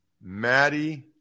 Maddie